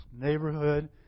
neighborhood